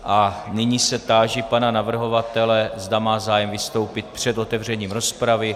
A nyní se táži pana navrhovatele, zda má zájem vystoupit před otevřením rozpravy.